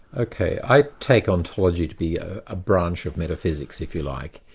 ok. i take ontology to be a branch of metaphysics, if you like.